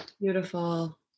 Beautiful